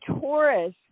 Taurus